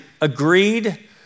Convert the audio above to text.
agreed